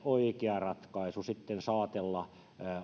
oikea ratkaisu sitten saatella